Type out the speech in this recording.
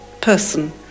person